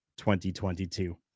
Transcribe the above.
2022